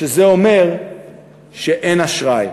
שזה אומר שאין אשראי.